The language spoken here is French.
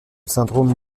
syndrome